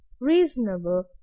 reasonable